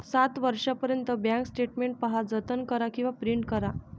सात वर्षांपर्यंत bank statement पहा, जतन करा किंवा प्रिंट करा